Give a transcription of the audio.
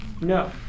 No